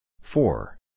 four